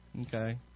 okay